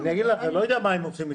אני לא יודע מה הם עושים איתם.